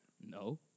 No